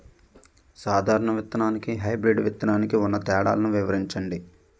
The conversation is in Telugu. సాధారణ విత్తననికి, హైబ్రిడ్ విత్తనానికి ఉన్న తేడాలను వివరించండి?